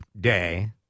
day